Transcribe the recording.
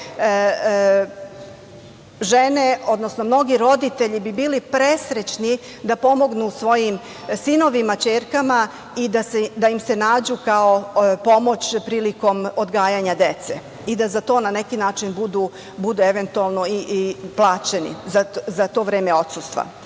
žene, mnogi roditelji bi bili presrećni da pomognu svojim sinovima, ćerkama, i da im se nađu kao pomoć prilikom odgajanja dece i da za to na neki način, bude eventualno plaćeni, za to vreme odsustva. Što